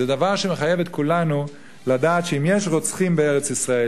זה דבר שמחייב את כולנו לדעת שאם יש רוצחים בארץ-ישראל,